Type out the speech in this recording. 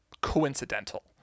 coincidental